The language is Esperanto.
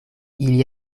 ili